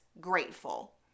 grateful